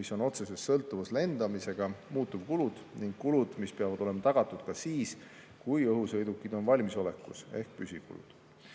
mis on otseses sõltuvuses lendamisega, muutuvkulud, ning kulud, mis peavad olema [kaetud] ka siis, kui õhusõidukid on valmisolekus, ehk püsikulud.